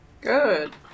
Good